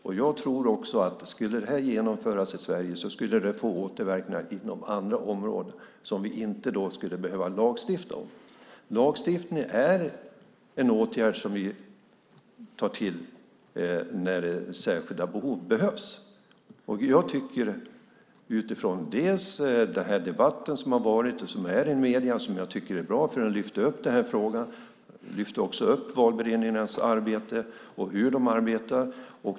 Om det här skulle genomföras i Sverige tror jag att det får återverkningar inom andra områden som vi då inte skulle behöva lagstifta om. Lagstiftning är en åtgärd som vi tar till när det finns särskilda behov. Jag tycker att den debatt som har varit och är i medierna är bra, för den lyfter upp den här frågan. Den lyfter också upp valberedningarnas arbete och hur de arbetar.